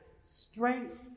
Strength